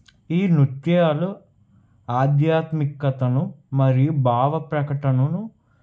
ఈ నృత్యాలు ఆధ్యాత్మికతను మరియు భావ ప్రకటనను